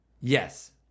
Yes